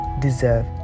deserve